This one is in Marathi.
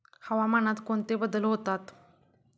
हवामानात कोणते बदल होतात?